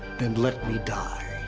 then let me die.